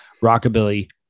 rockabilly